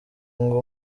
ngo